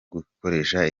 gukoresha